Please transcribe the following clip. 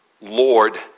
Lord